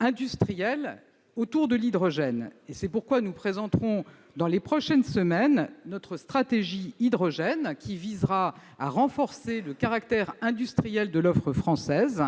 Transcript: industriels autour de l'hydrogène. C'est pourquoi nous présenterons, dans les prochaines semaines, notre stratégie hydrogène, qui visera à renforcer le caractère industriel de l'offre française,